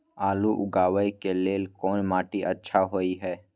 आलू उगाबै के लेल कोन माटी अच्छा होय है?